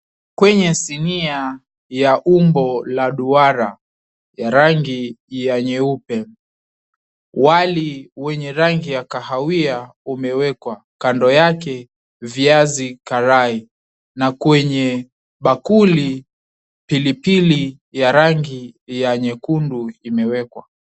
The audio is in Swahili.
Kwenye sinia ya umbo la duara ya rangi ya nyeupe, wali wenye rangi ya kahawia umewekwa. Kando yake viazi karai, na kwenye bakuli pilipili ya rangi ya nyekundu imewekwa.